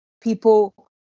people